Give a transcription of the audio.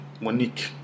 Monique